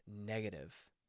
negative